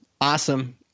awesome